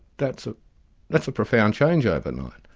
that's ah that's a profound change overnight.